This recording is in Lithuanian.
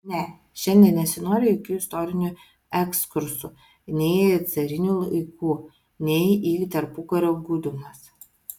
ne šiandien nesinori jokių istorinių ekskursų nei į carinių laikų nei į tarpukario gūdumas